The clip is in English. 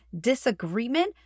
disagreement